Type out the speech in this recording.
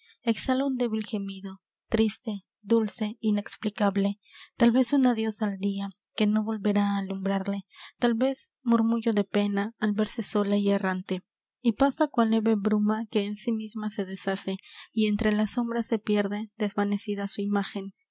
exhala un débil gemido triste dulce inexplicable tal vez un adios al dia que no volverá á alumbrarle tal vez murmullo de pena al verse sola y errante y pasa cual leve bruma que en sí misma se deshace y entre la sombra se pierde desvanecida su imágen